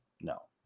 no